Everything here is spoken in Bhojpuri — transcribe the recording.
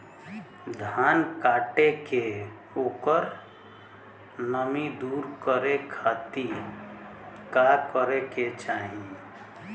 धान कांटेके ओकर नमी दूर करे खाती का करे के चाही?